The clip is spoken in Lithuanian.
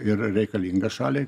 ir reikalinga šaliai